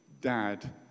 dad